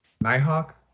Nighthawk